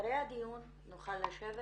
אחרי הדיון נוכל לשבת